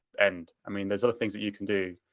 and i mean, there's other things that you can do